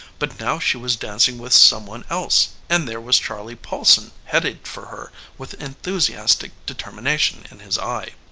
but now she was dancing with some one else, and there was charley paulson headed for her with enthusiastic determination in his eye.